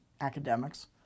academics